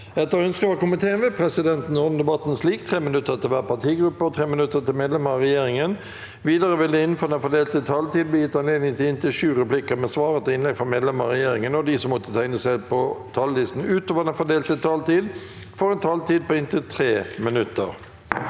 energi- og miljøkomiteen vil presidenten ordne debatten slik: 3 minutter til hver partigruppe og 3 minutter til medlemmer av regjeringen. Videre vil det – innenfor den fordelte taletid – bli gitt anledning til replikker med svar etter innlegg fra medlemmer av regjeringen, og de som måtte tegne seg på talerlisten utover den fordelte taletid, får også en taletid på inntil 3 minutter.